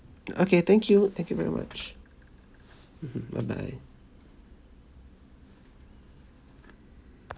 okay thank you thank you very much mmhmm bye bye